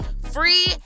free